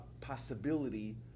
possibility